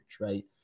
right